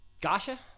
Gasha